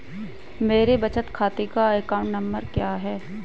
मेरे बचत खाते का अकाउंट नंबर क्या है?